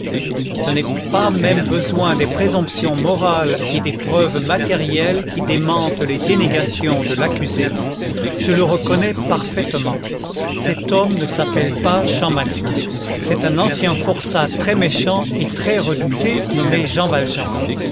je n'ai pas même besoin des présomptions morales et des preuves matérielles qui démentent les dénégations de l'accusé je le reconnais parfaitement cet homme ne s'appelle pas champmathieu c'est un ancien forçat très méchant et très redouté nommé jean valjean